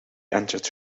entered